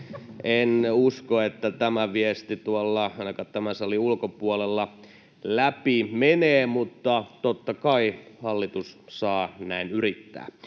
En usko, että tämä viesti ainakaan tuolla tämän salin ulkopuolella läpi menee, mutta totta kai hallitus saa näin yrittää.